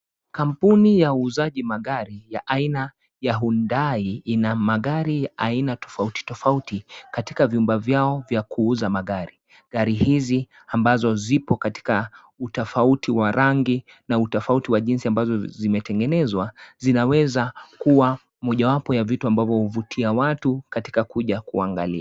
Kampuni ya uuzaji magari ya aina ya Hyundai, ina magari aina tofauti tofauti, katika vyumba vyao vya kuuza magari. Gari hizi ambazo zipo katika utafauti wa rangi na utafauti wa jinsi ambavyo zimetengenezwa, Zinawezakuwa mojawapo ya vitu ambavyo huvutia watu katika kuja kuangalia.